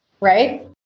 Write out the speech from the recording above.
right